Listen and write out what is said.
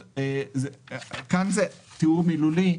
כאן זה תיאור מילולי,